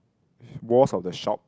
walls of the shop